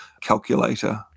calculator